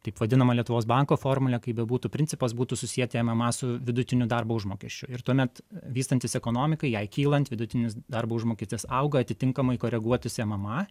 taip vadinamą lietuvos banko formulę kaip bebūtų principas būtų susieti mma su vidutiniu darbo užmokesčiu ir tuomet vystantis ekonomikai jai kylant vidutinis darbo užmokestis auga atitinkamai koreguotųsi mama